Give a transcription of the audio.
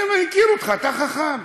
אני מכיר אותך, אתה חכם.